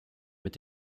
mit